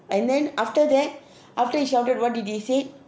and then after that after he shouted what did he said